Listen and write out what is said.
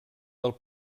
del